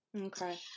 Okay